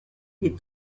est